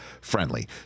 friendly